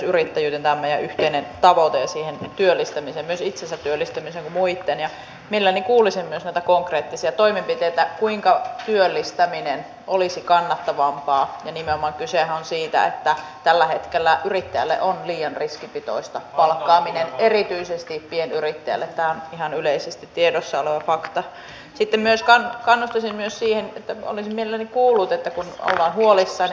kun olette suhtautuneet myötämielisesti siihen että passiivista rahaa käytettäisiin aktiivisesti niin voisiko ajatella että tuo uusi malli otettaisiin käyttöön jo kesken vuoden koska yksinkertaisesti niillä rahoilla mitä ensi vuodelle on varattu tilanne johtaa siihen että meillä pitkäaikaistyöttömyys kasvaa roimasti ja nuorisotyöttömyys kasvaa roimasti koska nuorisotakuun nimenomaan työttömille nuorille tarkoitetut tukirahat on vedetty nollaan